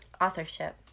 Authorship